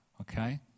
okay